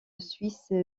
suisse